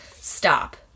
Stop